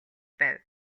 байв